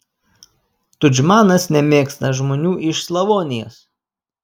tudžmanas nemėgsta žmonių iš slavonijos